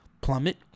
plummet